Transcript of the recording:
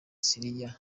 siriya